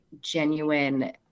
genuine